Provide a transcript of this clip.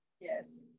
Yes